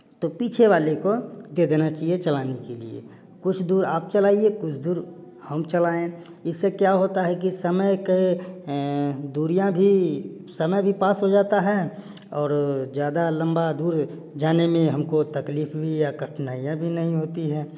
तो पीछे वाले को दे देना चाहिए चलाने के लिए कुछ दूर आप चलाइए कुछ दूर हम चलाएं इससे क्या होता है कि समय के दूरियाँ भी समय भी पास हो जाता है और ज्यादा लंबा दूर जाने में हमको तकलीफ भी या कठिनाईयाँ भी नहीं होती है